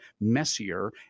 messier